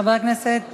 חבר הכנסת